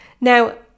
Now